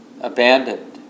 abandoned